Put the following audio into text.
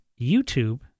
YouTube